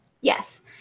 Yes